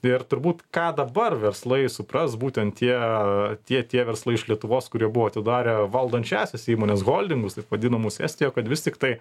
ir turbūt ką dabar verslai supras būtent tie tie tie verslai iš lietuvos kurie buvo atidarę valdančiąsias įmones holdingus taip vadinamus estijoj kad vis tiktai